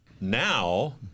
now